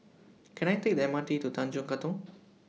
Can I Take The M R T to Tanjong Katong